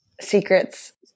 secrets